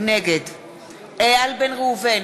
נגד איל בן ראובן,